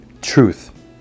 Truth